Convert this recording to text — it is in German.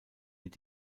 mit